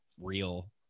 Real